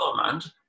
government